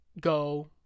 go